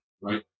right